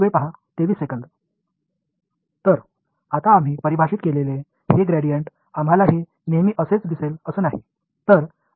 இப்போது நாம் வரையறுத்துள்ள இந்த கிரேடியன்ட் எப்பொழுதும் இப்படியே இருக்க வேண்டியதில்லை